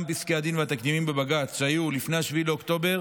גם פסקי הדין והתקדימים בבג"ץ שהיו לפני 7 באוקטובר